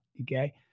okay